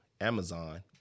Amazon